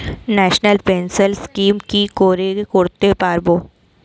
National pension scheme কি করে করতে পারব?